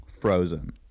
frozen